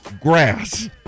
grass